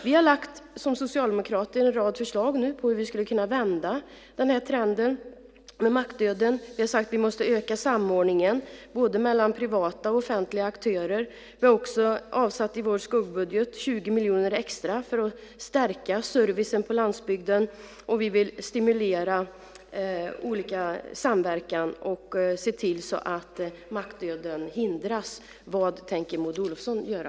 Vi har som socialdemokrater lagt fram en rad förslag på hur man skulle kunna vända trenden. Vi har sagt att vi måste öka samordningen mellan både privata och offentliga aktörer. Vi har också i vår skuggbudget avsatt 20 miljoner extra för att stärka servicen på landsbygden. Vi vill stimulera samverkan och se till att mackdöden hindras. Vad tänker Maud Olofsson göra?